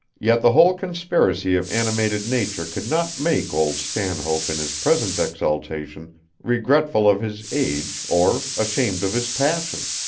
yet the whole conspiracy of animated nature could not make old stanhope in his present exaltation regretful of his age or ashamed of his passion.